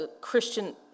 Christian